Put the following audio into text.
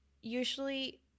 usually